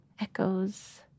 echoes